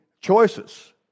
choices